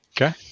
Okay